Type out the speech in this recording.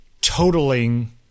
totaling